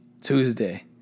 Tuesday